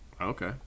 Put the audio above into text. okay